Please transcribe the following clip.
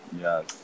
Yes